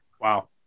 Wow